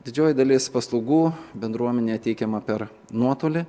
didžioji dalis paslaugų bendruomenė teikiama per nuotolį